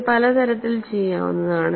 ഇത് പല തരത്തിൽ ചെയ്യാവുന്നതാണ്